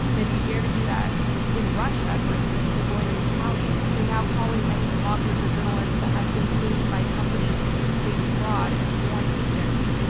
and if you dare to do that in russia, for instance, they're going to retaliate. they're now calling any bloggers or journalists that have been paid by companies based abroad as foreign agents.